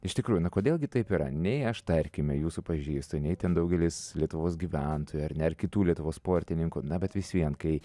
iš tikrųjų na kodėl gi taip yra nei aš tarkime jūsų pažįstu nei ten daugelis lietuvos gyventojų ar ne ar kitų lietuvos sportininkų na bet vis vien kai